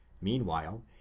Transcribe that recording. meanwhile